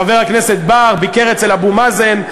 חבר הכנסת בר ביקר אצל אבו מאזן,